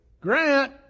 Grant